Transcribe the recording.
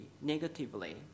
negatively